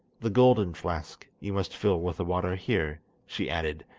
the golden flask you must fill with the water here she added,